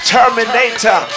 Terminator